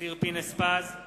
אופיר פינס-פז,